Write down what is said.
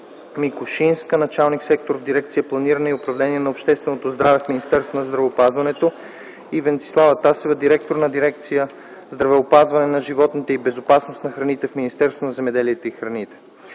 Микушинска – началник-сектор в дирекция „Планиране и управление на общественото здраве” в Министерството на здравеопазването, и Венцеслава Тасева – директор на дирекция „Здравеопазване на животните и безопасност на храните” в Министерството на земеделието и храните.